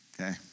okay